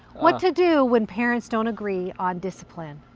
what to do when parents don't agree on discipline.